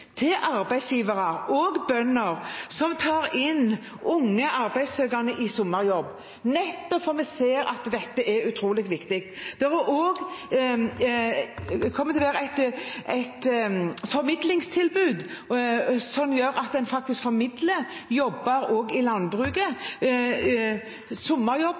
til arbeidsgivere, også til bønder, som tar inn unge arbeidssøkende i sommerjobb, nettopp fordi vi ser at dette er utrolig viktig. Det kommer til å være et formidlingstilbud som gjør at en faktisk formidler sommerjobber, også i landbruket,